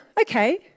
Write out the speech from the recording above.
okay